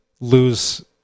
lose